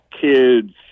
kids